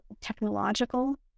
technological